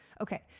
Okay